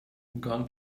gone